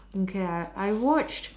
okay I I watched